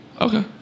Okay